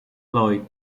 lloyd